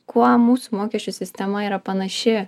kuo mūsų mokesčių sistema yra panaši